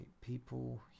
people